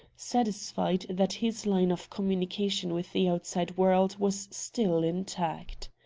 satisfied that his line of communication with the outside world was still intact.